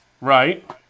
Right